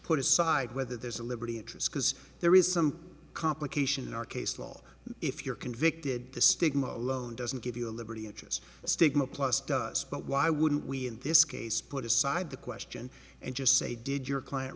put aside whether there's a liberty interest because there is some complication in our case law if you're convicted the stigma alone doesn't give you a liberty edges the stigma plus does but why wouldn't we in this case put aside the question and just say did your client